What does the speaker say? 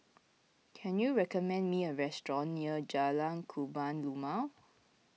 can you recommend me a restaurant near Jalan Kebun Limau